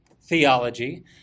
theology